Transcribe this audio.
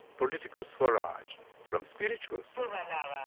political swaraj from spiritual swaraj.